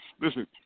listen